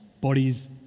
Bodies